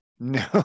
No